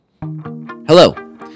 Hello